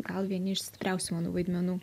gal vieni iš stipriausių vaidmenų